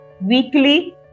weekly